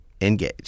engage